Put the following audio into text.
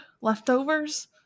leftovers